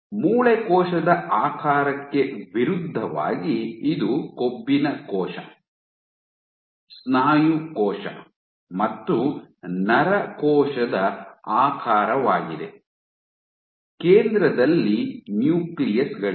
ಮೂಳೆ ಕೋಶದ ಆಕಾರಕ್ಕೆ ವಿರುದ್ಧವಾಗಿ ಇದು ಕೊಬ್ಬಿನ ಕೋಶ ಸ್ನಾಯು ಕೋಶ ಮತ್ತು ನರ ಕೋಶದ ಆಕಾರವಾಗಿದೆ ಕೇಂದ್ರದಲ್ಲಿ ನ್ಯೂಕ್ಲಿಯಸ್ ಗಳಿವೆ